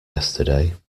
yesterday